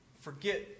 forget